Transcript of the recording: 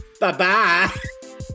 Bye-bye